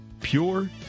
pure